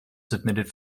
submitted